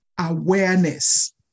awareness